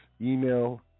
Email